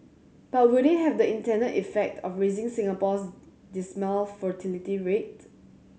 but will they have the intended effect of raising Singapore's dismal fertility rate